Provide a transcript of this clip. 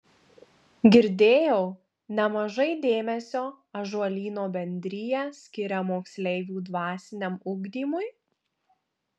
girdėjau nemažai dėmesio ąžuolyno bendrija skiria moksleivių dvasiniam ugdymui